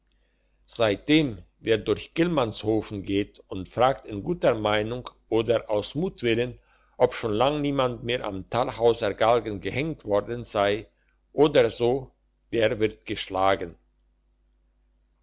seitdem wer durch gillmannshofen geht und fragt in guter meinung oder aus mutwillen ob schon lang niemand mehr am talhauser galgen gehenkt worden sei oder so der wird geschlagen